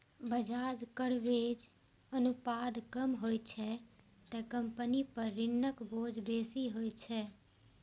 ब्याज कवरेज अनुपात कम होइ छै, ते कंपनी पर ऋणक बोझ बेसी होइ छै